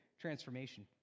transformation